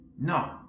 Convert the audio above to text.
no